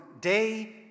day